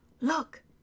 Look